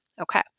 Okay